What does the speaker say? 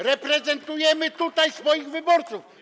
Reprezentujemy tutaj swoich wyborców.